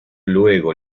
luego